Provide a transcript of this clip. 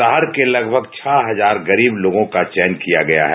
शहर के लगभग छह हजार गरीब लोगों का चयन किया गया है